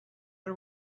are